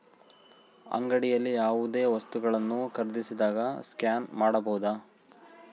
ಅಂಗಡಿಯಲ್ಲಿ ಯಾವುದೇ ವಸ್ತುಗಳನ್ನು ಖರೇದಿಸಿದಾಗ ಸ್ಕ್ಯಾನ್ ಮಾಡಬಹುದಾ?